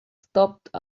stopped